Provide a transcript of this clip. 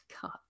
cut